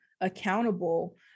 accountable